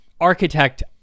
architect